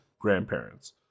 grandparents